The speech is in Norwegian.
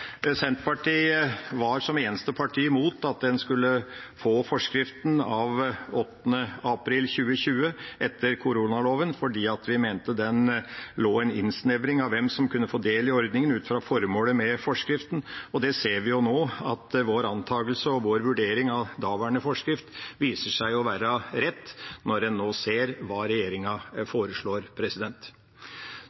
Senterpartiet var som eneste parti imot at en skulle få forskriften av 8. april 2020 etter koronaloven, fordi vi mente at det i den lå en innsnevring av hvem som kunne få del i ordningen ut fra formålet med forskriften. Vi ser nå at vår antagelse og vår vurdering av daværende forskrift viser seg å være rett når en nå ser hva regjeringa